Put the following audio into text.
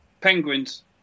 Penguins